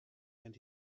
and